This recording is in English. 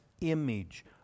image